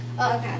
Okay